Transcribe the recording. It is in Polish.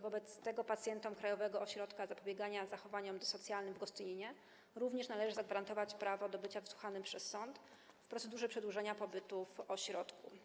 Wobec tego pacjentom Krajowego Ośrodka Zapobiegania Zachowaniom Dyssocjalnym w Gostyninie również należy zagwarantować prawo do bycia wysłuchanym przez sąd w procedurze przedłużania pobytu w ośrodku.